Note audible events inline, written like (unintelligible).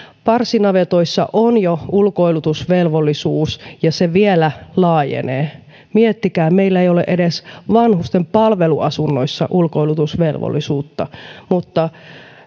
parsinavetoissa on jo ulkoilutusvelvollisuus ja se vielä laajenee miettikää meillä ei ole edes vanhusten palveluasunnoissa ulkoilutusvelvollisuutta (unintelligible) (unintelligible) (unintelligible) mutta